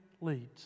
leads